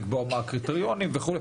לקבוע קריטריונים ועוד.